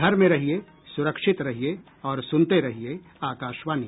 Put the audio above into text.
घर में रहिये सुरक्षित रहिये और सुनते रहिये आकाशवाणी